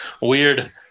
weird